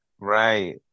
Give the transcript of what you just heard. Right